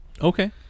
okay